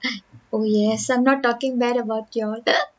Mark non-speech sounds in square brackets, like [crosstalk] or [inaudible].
[breath] oh yes I'm not talking bad about you all [laughs]